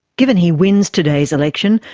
given he wins today's election,